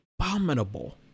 abominable